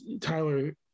Tyler